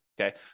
Okay